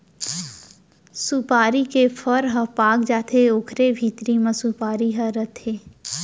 सुपारी के फर ह पाक जाथे ओकरे भीतरी म सुपारी ह रथे